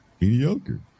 mediocre